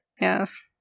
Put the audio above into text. Yes